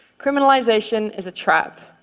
criminalization is a trap.